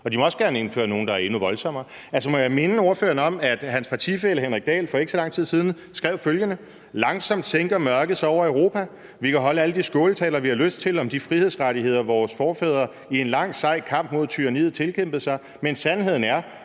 og de må også gerne indføre nogle, der endnu voldsommere. Altså, må jeg minde ordføreren om, at hans partifælle Henrik Dahl for ikke så lang tid siden skrev følgende: »Langsomt sænker mørket sig over Europa. Vi kan holde alle de skåltaler, vi har lyst til, om de frihedsrettigheder, vores forfædre i en lang, sej kamp mod tyranniet tilkæmpede sig. Men sandheden er: